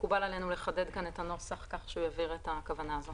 מקובל עלינו לחדד כאן את הנוסח כך שהוא יבהיר את הכוונה הזאת.